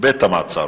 בבית-המעצר